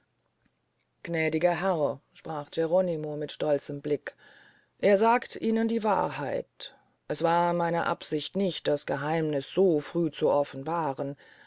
gnädiger herr sprach geronimo mit stolzem blick er sagt ihnen die wahrheit es war meine absicht nicht das geheimniß so früh zu offenbaren